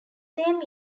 same